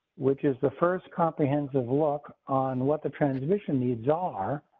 which is the first, comprehensive look on what the transmission needs ah are?